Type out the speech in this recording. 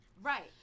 right